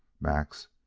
max,